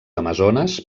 amazones